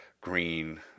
green